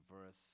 verse